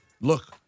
Look